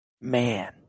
man